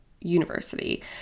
university